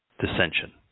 dissension